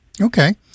Okay